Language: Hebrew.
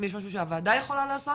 יש משהו שהועדה יכולה לעשות?